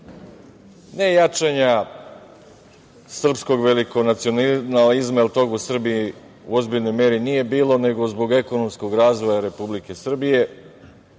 ne jačanja srpskog velikonacionalizma, jer toga u Srbije u ozbiljnoj meri nije bilo, nego zbog ekonomskog razvoja Republike Srbije,